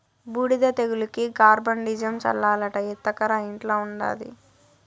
బూడిద తెగులుకి కార్బండిజమ్ చల్లాలట ఎత్తకరా ఇంట్ల ఉండాది